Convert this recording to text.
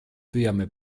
püüame